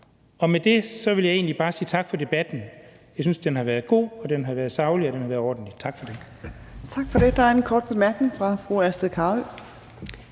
Med det vil jeg egentlig bare sige tak for debatten. Jeg synes, at den har været god, at den har været saglig, og at den har været ordentlig. Tak for det. Kl. 20:08 Fjerde næstformand (Trine Torp): Tak